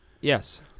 Yes